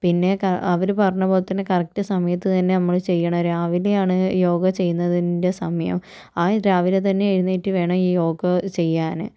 പിന്നെ ക അവര് പറഞ്ഞപോലത്തന്നെ കറക്റ്റ് സമയത്ത് തന്നെ നമ്മള് ചെയ്യണം രാവിലെയാണ് യോഗ ചെയ്യുന്നതിൻ്റെ സമയം ആ രാവിലെ തന്നെ എഴുന്നേറ്റു വേണം ഈ യോഗ ചെയ്യാന്